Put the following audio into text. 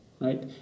right